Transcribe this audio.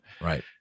Right